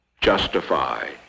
justify